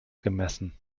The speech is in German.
gemessen